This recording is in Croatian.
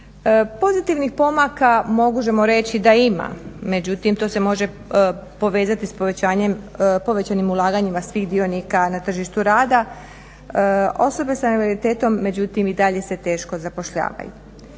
Pozitivnih pomaka možemo reći da ima, međutim to se može povezati s povećanim ulaganjima svih dionika na tržištu rada. Osobe s invaliditetom međutim i dalje se teško zapošljavaju.